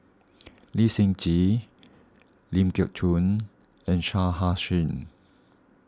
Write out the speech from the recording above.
Lee Seng Gee Ling Geok Choon and Shah Hussain